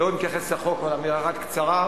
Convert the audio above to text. הוא לא מתייחס לחוק, רק הערה קצרה.